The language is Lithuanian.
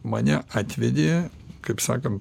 mane atvedė kaip sakant